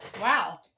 Wow